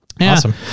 awesome